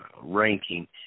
ranking